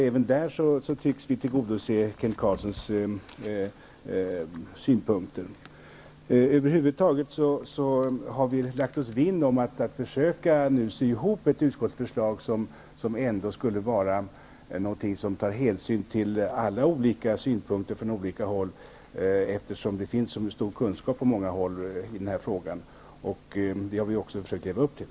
Även där tycks vi tillgodose Kent Carlssons synpunkter. Vi har över huvud taget lagt oss vinn om att försöka sy ihop ett utskottsförslag som skulle ta hänsyn till alla olika synpunkter från olika håll. Det finns ju stor kunskap i denna fråga på många håll. Det har vi också försökt leva upp till.